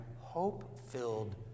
hope-filled